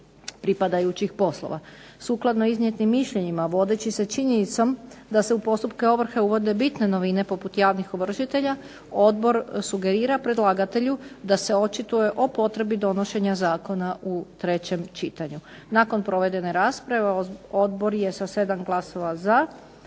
pripadajućih poslova. Sukladno iznijetim mišljenjima, vodeći se činjenicom da se u postupke ovrhe uvode bitne novine poput javnih ovršitelja, odbor sugerira predlagatelju da se očituje o potrebi donošenja zakona u trećem čitanju. Nakon provedene rasprave odbor je sa 7 glasova za